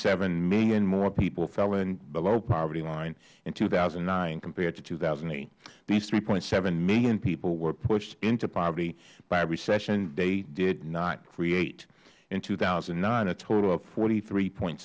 seven million more people fell below the poverty line in two thousand and nine compared to two thousand and eight these three point seven million people were pushed into poverty by a recession they did not create in two thousand and nine a total of forty three point